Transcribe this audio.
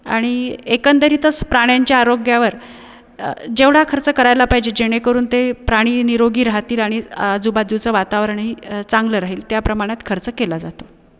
आणि एकंदरीतच प्राण्यांच्या आरोग्यावर जेवढा खर्च करायला पाहिजे जेणेकरून ते प्राणी निरोगी राहतील आणि आजूबाजूचं वातावरण ही चांगलं राहील त्या प्रमाणात खर्च केला जातो